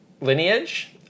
lineage